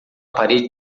parede